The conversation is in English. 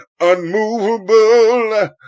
unmovable